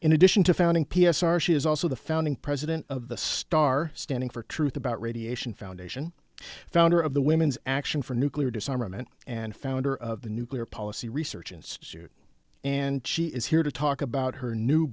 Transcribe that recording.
in addition to founding p s r she is also the founding president of the star standing for truth about radiation foundation founder of the women's action for nuclear disarmament and founder of the nuclear policy research institute and she is here to talk about her new